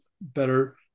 better